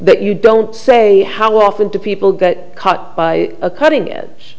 that you don't say how often do people get cut by a cutting edge